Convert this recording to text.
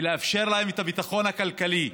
ולאפשר להם את הביטחון הכלכלי,